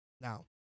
Now